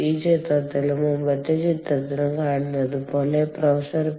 ഈ ചിത്രത്തിലും മുമ്പത്തെ ചിത്രത്തിലും കാണുന്നത് പോലെ പ്രൊഫസർ പി